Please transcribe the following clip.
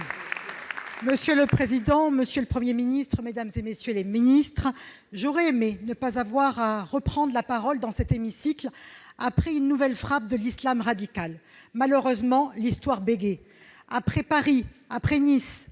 Monsieur le président, monsieur le Premier ministre, mesdames, messieurs les ministres, j'aurais aimé ne pas avoir à reprendre la parole dans cet hémicycle après une nouvelle frappe de l'islam radical. Malheureusement, l'histoire bégaie. Après Paris, Nice,